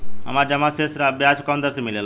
हमार जमा शेष पर ब्याज कवना दर से मिल ता?